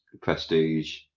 prestige